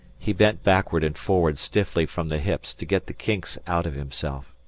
he bent backward and forward stiffly from the hips to get the kinks out of himself.